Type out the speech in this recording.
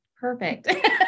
perfect